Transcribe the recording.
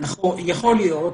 יכול להיות,